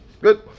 Good